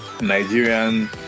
Nigerian